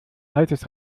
altes